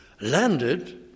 landed